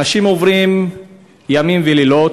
אנשים עוברים בימים ובלילות.